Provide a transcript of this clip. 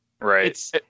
Right